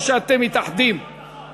או שאתם מתאחדים,